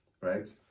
right